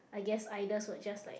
I guess idols would just like